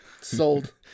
Sold